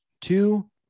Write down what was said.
Two